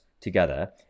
together